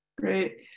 Great